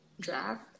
draft